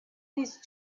his